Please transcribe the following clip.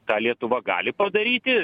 ką lietuva gali padaryti